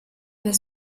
per